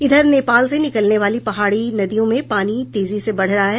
इधर नेपाल से निकलने वाली पहाड़ी नदियों में पानी तेजी से बढ़ रहा है